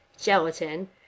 gelatin